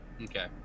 Okay